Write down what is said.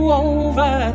over